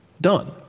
done